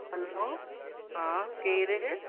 हलो हा केरु